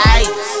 ice